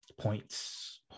points